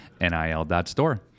nil.store